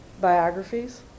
biographies